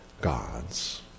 gods